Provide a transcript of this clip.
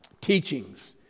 teachings